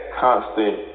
constant